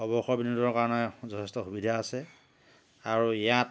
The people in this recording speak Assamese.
অৱসৰ বিনোদনৰ কাৰণে যথেষ্ট সুবিধা আছে আৰু ইয়াত